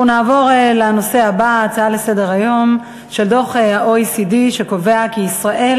אנחנו נעבור לנושא הבא: דוח ה-OECD קובע כי בישראל